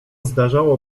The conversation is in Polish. zdarzało